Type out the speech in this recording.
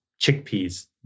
chickpeas